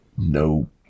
no